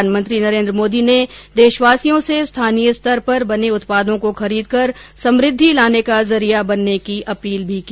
प्रधानमंत्री नरेन्द्र मोदी ने देशवासियों से स्थानीय स्तर पर बने उत्पादों को खरीदकर समुद्धि लाने का जरिया बनने की अपील की